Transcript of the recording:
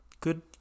good